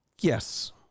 Yes